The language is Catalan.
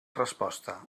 resposta